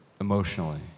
emotionally